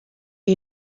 you